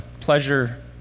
pleasure